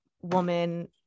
woman